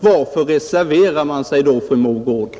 Varför reserverar man sig då, fru Mogård?